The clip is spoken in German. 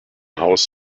haus